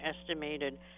estimated